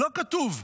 לא כתוב.